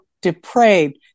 depraved